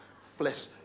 flesh